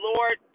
Lord